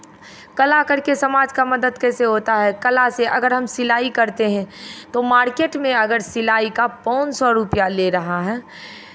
कला करके समाज का मदद कैसे होता है कला से अगर हम सिलाई करते हैं तो मार्केट में अगर सिलाई का पाँच सौ रुपैया ले रहा है